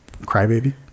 crybaby